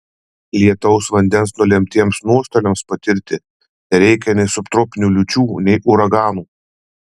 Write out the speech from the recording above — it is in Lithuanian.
lietaus vandens nulemtiems nuostoliams patirti nereikia nei subtropinių liūčių nei uraganų